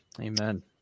Amen